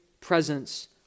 presence